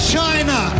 China